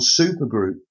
supergroup